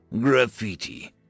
graffiti